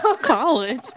college